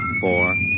four